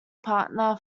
partner